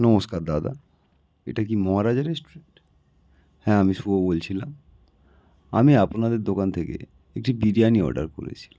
নমস্কার দাদা এটা কি মহারাজা রেস্টুরেন্ট হ্যাঁ আমি শুভ বলছিলাম আমি আপনাদের দোকান থেকে একটি বিরিয়ানি অর্ডার করেছিলাম